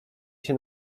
się